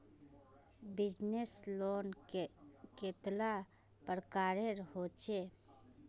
Business loan कतेला प्रकारेर होचे?